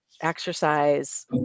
exercise